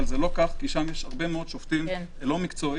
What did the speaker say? אבל זה לא כך כי שם יש הרבה מאוד שופטים לא מקצועיים,